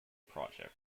project